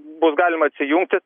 bus galima atsijungti